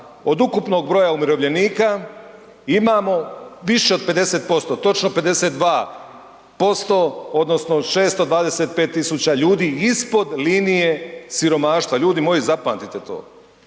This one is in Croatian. od ukupnog broja umirovljenika imamo više od 50% točno 52% odnosno 625.000 ljudi ispod linije siromaštva. Ljudi moji zapamtite to.